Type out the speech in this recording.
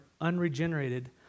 unregenerated